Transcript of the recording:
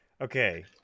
Okay